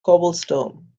cobblestone